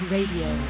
Radio